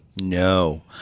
No